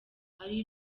ari